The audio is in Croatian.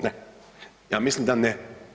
Ne, ja mislim da ne.